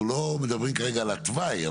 אנחנו מדברים כרגע על התוואי,